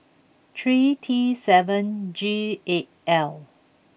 three T seven G eight L